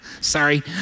Sorry